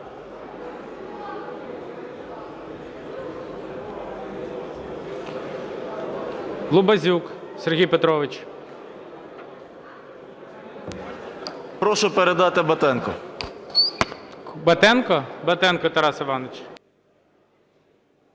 Прошу передати Батенку.